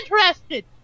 interested